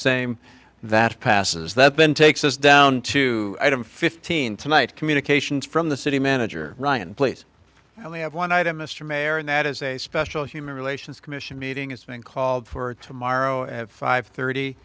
same that passes that then takes us down to item fifteen tonight communications from the city manager ryan please i only have one item mr mayor and that is a special human relations commission meeting it's been called for tomorrow at five thirty